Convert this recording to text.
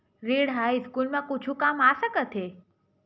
ऋण ह स्कूल मा कुछु काम आ सकत हे?